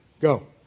Go